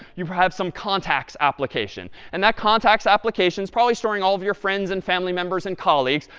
you have some contacts application. and that contacts application's probably storing all of your friends and family members and colleagues,